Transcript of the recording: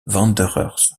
wanderers